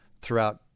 throughout